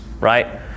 right